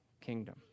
kingdom